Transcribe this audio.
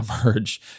emerge